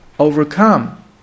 Overcome